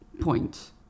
point